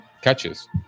catches